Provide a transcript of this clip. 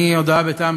אני מודה לך, אדוני.